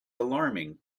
alarming